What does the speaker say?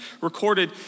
recorded